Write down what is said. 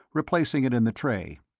replacing it in the tray.